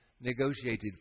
negotiated